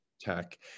tech